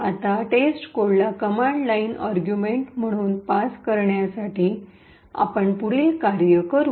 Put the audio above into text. आता टेस्टकोडला command line argument म्हणून पास करण्यासाठी आपण पुढील कार्ये करू